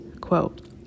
quote